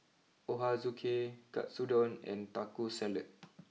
Ochazuke Katsudon and Taco Salad